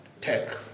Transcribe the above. tech